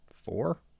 four